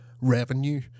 revenue